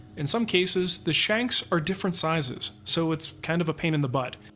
in some cases, the shanks are different sizes, so it's kind of a pain in the butt.